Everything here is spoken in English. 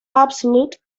absolute